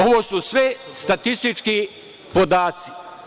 Ovo su sve statistički podaci.